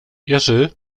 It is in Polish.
jerzy